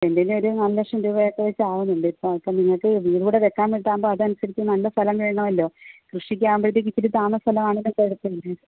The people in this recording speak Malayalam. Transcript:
സെൻറ്റിനൊരു നാല് ലക്ഷം രൂപയൊക്കെ വെച്ചാവുന്നുണ്ട് ഇപ്പം നിങ്ങൾക്ക് വീട് കൂടെ വെക്കാൻ വേണ്ടീട്ടാവുമ്പം അതനുസരിച്ച് നല്ല സ്ഥലം വേണമല്ലോ കൃഷിക്കാവുമ്പോഴത്തേക്ക് ഇച്ചിരി താഴ്ന്ന സ്ഥലമാണ് കിഴക്ക്